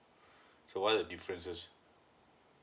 so what are the differences